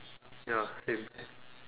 ya same